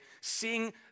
seeing